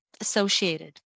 associated